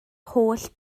holl